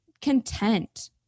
content